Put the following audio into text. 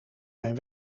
mijn